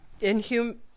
Inhuman